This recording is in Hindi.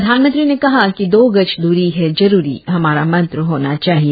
प्रधानमंत्री ने कहा कि दो गज दूरी है जरूरी हमारा मंत्र होना चाहिए